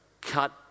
cut